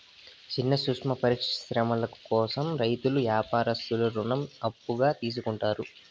సిన్న సూక్ష్మ పరిశ్రమల కోసం రైతులు యాపారత్తులు రుణం అప్పుగా తీసుకుంటారు